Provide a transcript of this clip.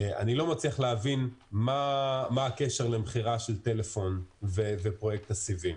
אני לא מצליח להבין מה הקשר בין מכירה של טלפון ובין פרויקט הסיבים.